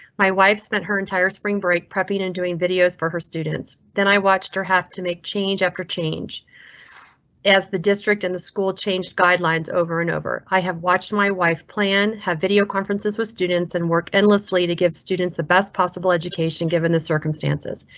my wife spent her entire spring break prepping and doing videos for her students. then i watched her half to make change after change as the district in the school changed guidelines over and over. i have watched my wife plan, have video conferences with students and work endlessly to give students the best possible education given the circumstances.